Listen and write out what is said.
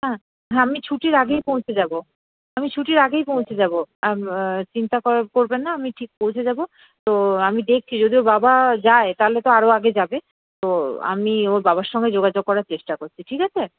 হ্যাঁ হ্যাঁ আমি ছুটির আগেই পৌঁছে যাবো আমি ছুটির আগেই পৌঁছে যাবো আর চিন্তা করা করবেন না আমি ঠিক পৌঁছে যাবো তো আমি দেখছি যদি ওর বাবা যায় তাহলে তো আরও আগে যাবে তো আমি ওর বাবার সঙ্গে যোগাযোগা করার চেষ্টা করছি ঠিক আছে